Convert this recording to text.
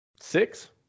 Six